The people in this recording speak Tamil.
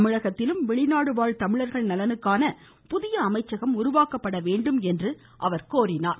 தமிழகத்திலும் வெளிநாடுவாழ் தமிழர்கள் நலனுக்கான புதிய அமைச்சகம் உருவாக்கப்பட வேண்டும் என்றும் அவர் கோரினார்